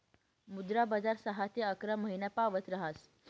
मुद्रा बजार सहा ते अकरा महिनापावत ऱहास